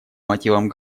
мотивам